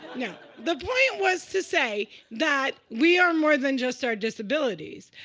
no. the point was to say that we are more than just our disabilities.